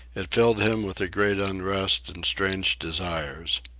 it filled him with a great unrest and strange desires.